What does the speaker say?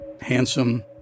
handsome